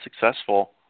successful